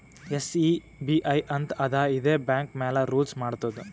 SEBI ಅಂತ್ ಅದಾ ಇದೇ ಬ್ಯಾಂಕ್ ಮ್ಯಾಲ ರೂಲ್ಸ್ ಮಾಡ್ತುದ್